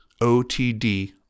OTD